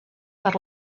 per